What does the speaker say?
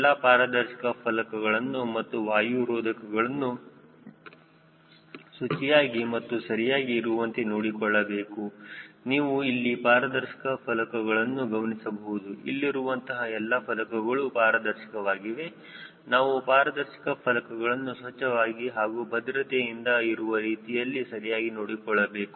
ಎಲ್ಲಾ ಪಾರದರ್ಶಕ ಫಲಕಗಳನ್ನು ಮತ್ತು ವಾಯು ರೋಧಕಗಳನ್ನು ಸೂಚಿಯಾಗಿ ಮತ್ತು ಸರಿಯಾಗಿ ಇರುವಂತೆ ನೋಡಿಕೊಳ್ಳಬೇಕು ನೀವು ಇಲ್ಲಿ ಪಾರದರ್ಶಕ ಫಲಕಗಳನ್ನು ಗಮನಿಸಬಹುದು ಇಲ್ಲಿರುವಂತಹ ಎಲ್ಲಾ ಫಲಕಗಳು ಪಾರದರ್ಶಕವಾಗಿದೆ ನಾವು ಪಾರದರ್ಶಕ ಫಲಕಗಳನ್ನು ಸ್ವಚ್ಛವಾಗಿ ಹಾಗೂ ಭದ್ರತೆಯಿಂದ ಇರುವ ರೀತಿಯಲ್ಲಿ ಸರಿಯಾಗಿ ನೋಡಿಕೊಳ್ಳಬೇಕು